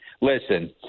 listen